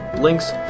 links